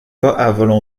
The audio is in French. pas